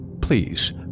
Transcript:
please